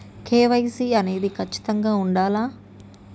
KYC అనేది ఖచ్చితంగా ఉండాలా?